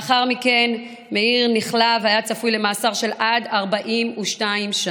לאחר מכן מאיר נכלא והיה צפוי למאסר של עד 42 שנה.